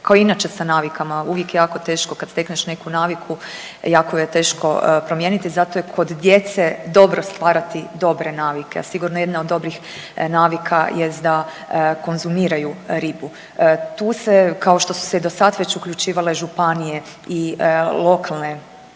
Kao i inače sa navikama uvijek je jako teško kad stekneš neku naviku, jako ju je teško promijeniti. Zato je kod djece dobro stvarati dobre navike. A sigurno jedna od dobrih navika jest da konzumiraju ribu. Tu se kao što su se i do sad već uključivale županije i lokalne